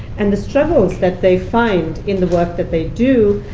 and the struggles that they find in the work that they do,